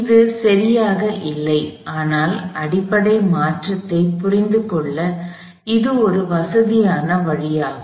இது சரியாக இல்லை ஆனால் அடிப்படை மாற்றத்தைப் புரிந்துகொள்ள இது ஒரு வசதியான வழியாகும்